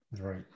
Right